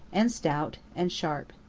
and stout, and sharp.